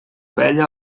vella